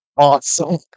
awesome